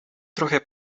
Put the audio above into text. trochę